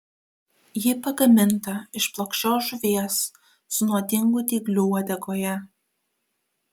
ji pagaminta iš plokščios žuvies su nuodingu dygliu uodegoje